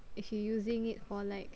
if you using it for like